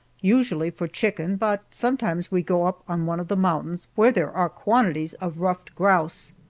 usually for chicken, but sometimes we go up on one of the mountains, where there are quantities of ruffed grouse.